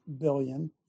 billion